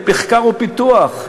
למחקר ופיתוח,